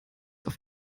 auf